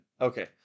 Okay